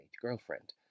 girlfriend